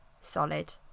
Solid